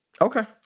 Okay